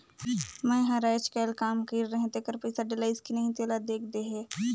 मै हर अईचकायल काम कइर रहें तेकर पइसा डलाईस कि नहीं तेला देख देहे?